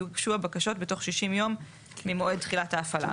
יוגשו הבקשות בתוך 60 יום ממועד תחילת ההפעלה,